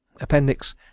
Appendix